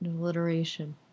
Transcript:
alliteration